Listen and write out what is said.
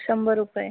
शंभर रुपये